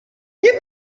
nie